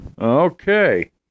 Okay